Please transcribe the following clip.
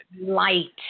light